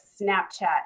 Snapchat